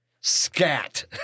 SCAT